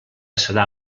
serà